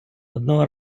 одного